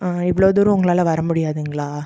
ஆ இவ்வளோ தூரம் உங்களால் வர முடியாதுங்களா